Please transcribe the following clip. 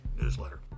newsletter